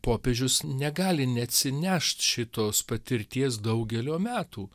popiežius negali neatsinešt šitos patirties daugelio metų